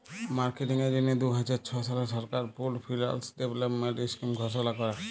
মার্কেটিংয়ের জ্যনহে দু হাজার ছ সালে সরকার পুল্ড ফিল্যাল্স ডেভেলপমেল্ট ইস্কিম ঘষলা ক্যরে